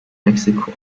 mexico